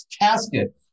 casket